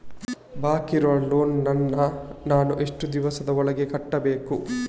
ಬಾಕಿ ಇರುವ ಲೋನ್ ನನ್ನ ನಾನು ಎಷ್ಟು ದಿವಸದ ಒಳಗೆ ಕಟ್ಟಬೇಕು?